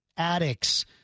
Addicts